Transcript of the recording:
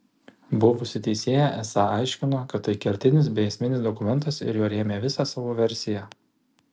buvusi teisėja esą aiškino kad tai kertinis bei esminis dokumentas ir juo rėmė visą savo versiją